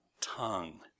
tongue